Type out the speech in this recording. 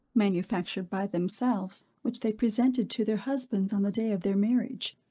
manufactured by themselves, which they presented to their husbands on the day of their marriage.